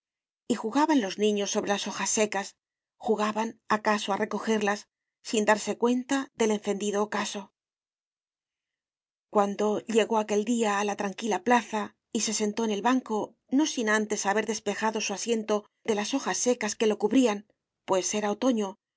y jugaban los niños entre las hojas secas jugaban acaso a recojerlas sin darse cuenta del encendido ocaso cuando llegó aquel día a la tranquila plaza y se sentó en el banco no sin antes haber despejado su asiento de las hojas secas que lo cubríanpues era otoño